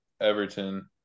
Everton